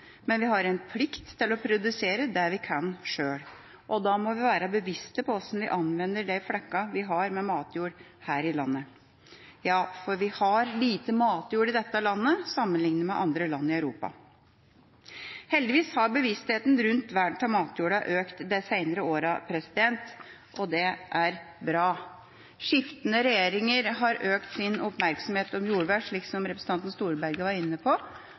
men vi har en plikt til å produsere det vi kan sjøl. Da må vi være bevisste på hvordan vi anvender de flekkene vi har med matjord her i landet – for vi har lite matjord i dette landet sammenliknet med andre land i Europa. Heldigvis har bevisstheten rundt vern av matjorda økt de senere årene, og det er bra. Skiftende regjeringer har økt sin oppmerksomhet om jordvern, slik representanten Storberget var inne på,